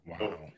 wow